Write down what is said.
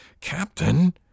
Captain